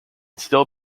still